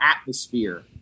atmosphere